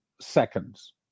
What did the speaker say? seconds